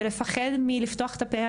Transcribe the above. ולפחד מלפתוח את הפה,